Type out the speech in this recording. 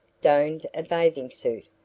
donned a bathing suit,